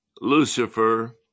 Lucifer